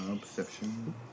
Perception